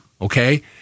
okay